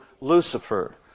Lucifer